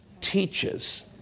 teaches